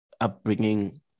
upbringing